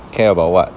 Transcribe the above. care about what